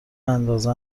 اندازه